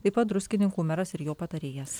taip pat druskininkų meras ir jo patarėjas